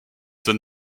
san